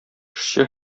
эшче